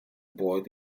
boiled